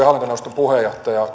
hallintoneuvoston puheenjohtaja